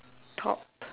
top